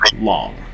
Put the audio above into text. long